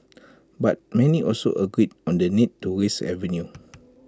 but many also agree on the need to raise revenue